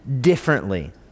differently